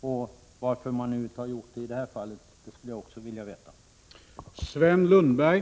Jag skulle också vilja veta varför han inte har gjort det i detta fall.